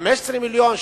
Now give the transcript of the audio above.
15 מיליון,